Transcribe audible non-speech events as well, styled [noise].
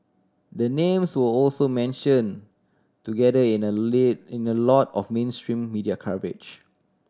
the names were also mentioned together in a [unintelligible] in a lot of mainstream media coverage